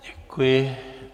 Děkuji.